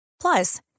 Plus